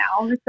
now